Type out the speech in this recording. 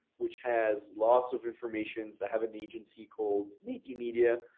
which has lots of information. i have an agency called native media,